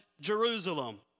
Jerusalem